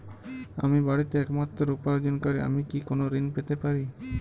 আমি বাড়িতে একমাত্র উপার্জনকারী আমি কি কোনো ঋণ পেতে পারি?